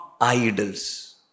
idols